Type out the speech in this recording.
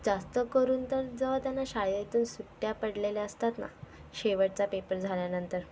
जास्त करून तर जर त्यांना शाळेतून सुट्ट्या पडलेल्या असतात ना शेवटचा पेपर झाल्यानंतर